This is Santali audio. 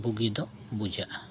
ᱵᱩᱜᱤ ᱫᱚ ᱵᱩᱡᱷᱟᱹᱜᱼᱟ